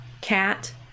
Cat